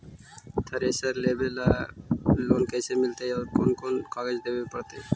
Thresher लेबे ल loan कैसे मिलतइ और कोन कोन कागज देबे पड़तै?